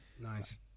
Nice